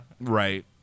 Right